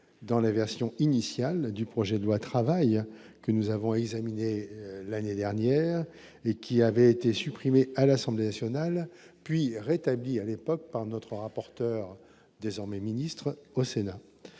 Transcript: dans la version initiale du projet de loi travail que nous avons examiné l'année dernière et qui avait été supprimée à l'Assemblée nationale puis rétabli à l'époque par notre rapporteur, désormais ministre au Sénat,